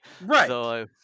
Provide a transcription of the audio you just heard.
right